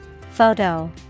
Photo